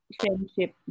friendship